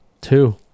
two